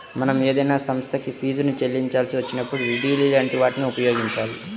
మనం ఏదైనా సంస్థకి ఫీజుని చెల్లించాల్సి వచ్చినప్పుడు డి.డి లాంటి వాటిని ఉపయోగించాలి